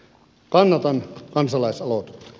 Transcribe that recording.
kannatan kansalaisaloitetta